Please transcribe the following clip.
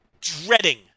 dreading